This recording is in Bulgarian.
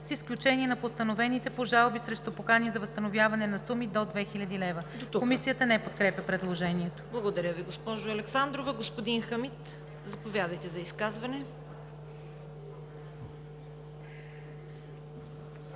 с изключение на постановените по жалби срещу покани за възстановяване на суми до 2000 лева.“ Комисията не подкрепя предложението. ПРЕДСЕДАТЕЛ ЦВЕТА КАРАЯНЧЕВА: Благодаря Ви, госпожо Александрова. Господин Хамид, заповядайте за изказване. ХАМИД